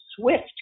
Swift